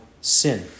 sin